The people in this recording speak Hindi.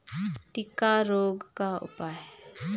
टिक्का रोग का उपाय?